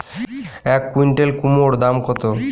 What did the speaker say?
এক কুইন্টাল কুমোড় দাম কত?